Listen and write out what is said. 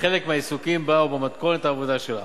בחלק מהעיסוקים בה ובמתכונת העבודה שלה.